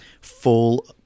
full